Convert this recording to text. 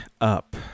up